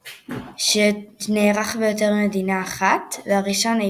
הצעתן של ארצות הברית,